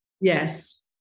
Yes